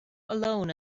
alone